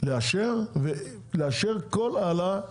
לאשר כל העלאה שהיא,